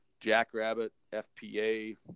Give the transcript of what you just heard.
jackrabbitfpa